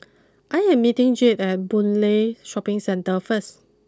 I am meeting Jade at Boon Lay Shopping Centre first